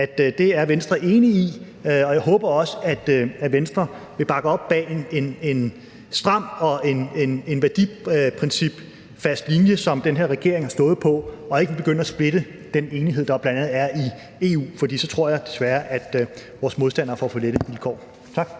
det er Venstre enig i, og jeg håber også, at Venstre vil bakke op om en stram og en værdiprincipfast linje, som den her regering har stået på, og ikke vil begynde at splitte den enighed, der jo bl.a. er i EU. For så tror jeg desværre, at vores modstandere får for lette vilkår. Tak.